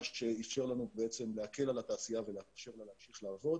משהו שאפשר לנו להקל על התעשייה ולאפשר לה להמשיך לעבוד